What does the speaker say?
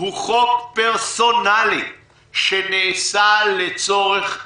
הוא חוק פרסונלי, שנעשה לצורך אחד,